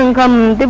and come